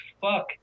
fuck